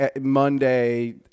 Monday